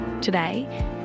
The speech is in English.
Today